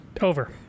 Over